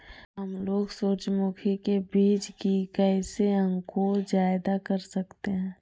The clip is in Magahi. हमलोग सूरजमुखी के बिज की कैसे अंकुर जायदा कर सकते हैं?